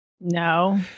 No